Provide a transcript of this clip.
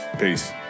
Peace